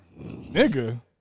Nigga